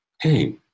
hey